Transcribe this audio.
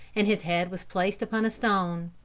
and his head was placed upon a stone.